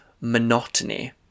monotony